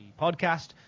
podcast